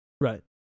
Right